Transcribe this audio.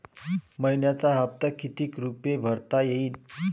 मइन्याचा हप्ता कितीक रुपये भरता येईल?